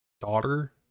daughter